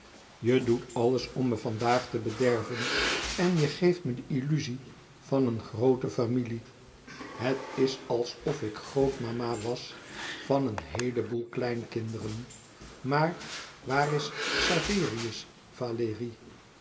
je doet alles om me vandaag te bederven en je geeft me de illuzie van een groote familie het is alsof ik grootmama was van een heele boel kleinkinderen maar waar is xaverius valérie